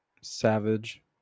Savage